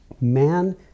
Man